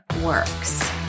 works